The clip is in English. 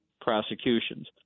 prosecutions